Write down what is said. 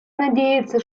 надеется